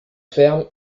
ferme